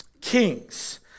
kings